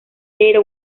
era